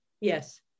Yes